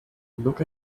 look